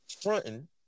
fronting